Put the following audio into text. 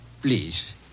Please